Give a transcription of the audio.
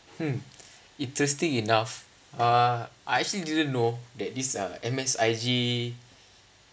hmm interesting enough uh I actually didn't know that this uh M_S_I_G